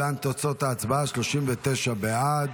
להלן תוצאות ההצבעה: 39 בעד,